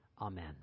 Amen